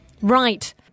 right